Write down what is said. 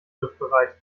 griffbereit